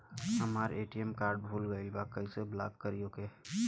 हमार ATM card भूला गईल बा कईसे ब्लॉक करी ओके?